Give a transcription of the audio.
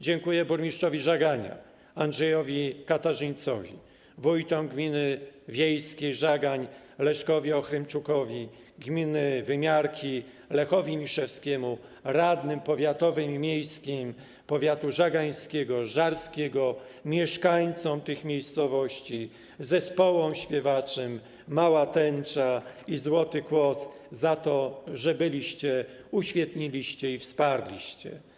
Dziękuję burmistrzowi Żagania, Andrzejowi Katarzyńcowi, wójtom gminy wiejskiej Żagań - Leszkowi Ochrymczukowi, gminy Wymiarki - Lechowi Miszewskiemu, radnym powiatowym i miejskim powiatu żagańskiego, żarskiego, mieszkańcom tych miejscowości, zespołom śpiewaczym „Mała Tęcza” i „Złoty Kłos” za to, że byliście, uświetniliście i wsparliście.